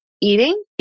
eating